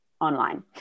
online